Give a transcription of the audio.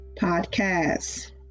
Podcasts